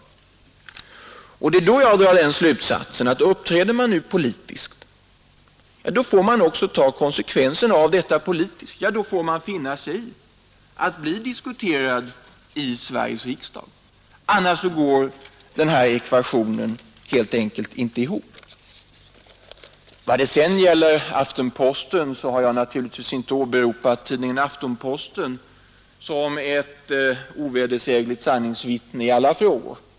Det är därför jag drar slutsatsen, att uppträder man politiskt, får man också ta konsekvenserna av detta politiskt; då får man finna sig i att bli diskuterad i Sveriges riksdag. — Annars går den här ekvationen helt enkelt inte ihop. Vad gäller Aftenposten så har jag naturligtvis inte åberopat den tidningen som ett sanningsvittne i alla frågor.